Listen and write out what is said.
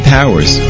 Powers